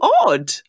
odd